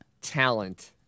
talent